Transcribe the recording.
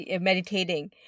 meditating